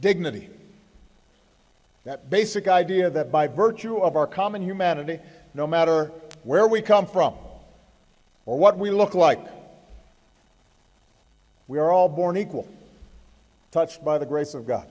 dignity that basic idea that by virtue of our common humanity no matter where we come from or what we look like we are all born equal touched by the grace of god